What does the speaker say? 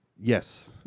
yes